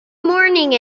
morning